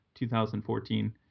2014